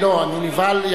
לא, אני נבהל.